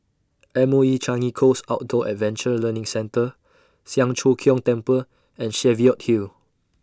M O E Changi Coast Outdoor Adventure Learning Centre Siang Cho Keong Temple and Cheviot Hill